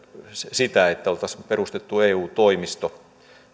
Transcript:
sitä että olisi perustettu eu toimisto